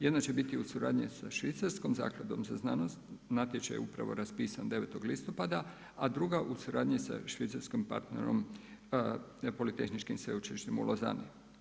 Jedna će biti u suradnji sa švicarskom Zakladom za znanost, natječaj je upravo raspisan 9. listopada a druga u suradnji sa švicarskim partnerom politehničkim sveučilištem u Lozani.